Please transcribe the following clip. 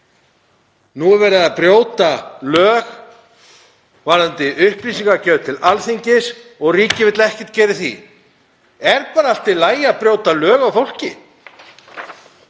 Nú er verið að brjóta lög varðandi upplýsingagjöf til Alþingis og ríkið vill ekkert gera í því. Er bara allt í lagi að brjóta lög á fólki?